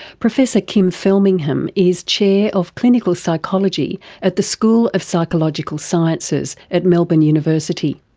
professor kim felmingham is chair of clinical psychology at the school of psychological sciences at melbourne university.